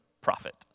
profit